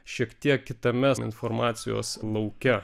šiek tiek kitame informacijos lauke